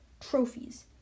trophies